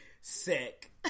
sick